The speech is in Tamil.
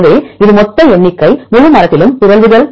எனவே இது மொத்த எண்ணிக்கை முழு மரத்திலும் பிறழ்வுகள்